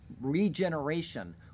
regeneration